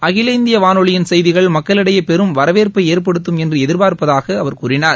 அகில இந்திய வானொலியின் செய்திகள் மக்களிடையே பெரும் வரவேற்பை ஏற்படுத்தும் என்று எதிர்பார்ப்பதாக அவர் கூறினார்